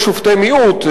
יש שופטי מיעוט,